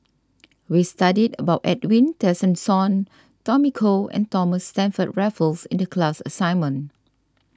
we studied about Edwin Tessensohn Tommy Koh and Thomas Stamford Raffles in the class assignment